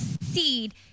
seed